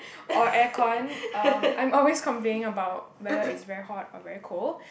or air corn um I'm always complaining about weather is very hot or very cold